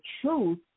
truth